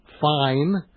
fine